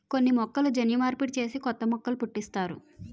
కొన్ని మొక్కలను జన్యు మార్పిడి చేసి కొత్త మొక్కలు పుట్టిస్తారు